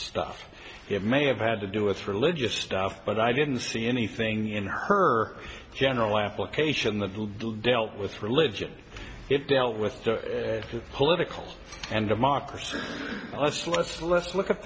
stuff it may have had to do with religious stuff but i didn't see anything in her general application that will do dealt with religion it dealt with political and democracy let's let's let's look at